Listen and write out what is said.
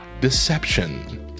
deception